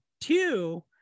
Two